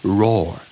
roar